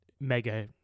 mega